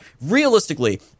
Realistically